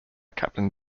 captain